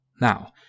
Now